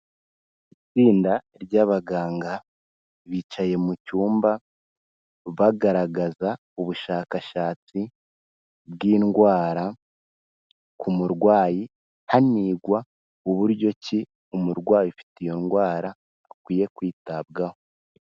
Itsinda ry'abaganga bicaye mu cyumba, bagaragaza ubushakashatsi bw'indwara ku murwayi, hanigwa uburyo ki umurwayi ufite iyo ndwara akwiye kwitabwaho.